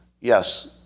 yes